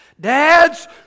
dads